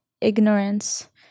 ignorance